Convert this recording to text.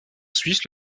suisse